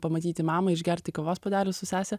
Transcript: pamatyti mamą išgerti kavos puodelio su sese